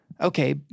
okay